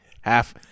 half